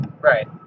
Right